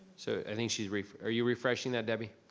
so i think she's refreshing, are you refreshing that debbie?